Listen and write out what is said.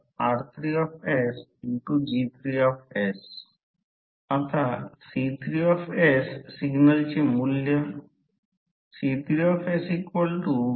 आता जेव्हा b c कमी करण्याचा प्रयत्न करा किंवा आता करंट कमी करण्याचा प्रयत्न करा समजा मी या कर्वमध्ये करंट का कमी करत आहे तर तो या दिशेने वाटचाल करत आहे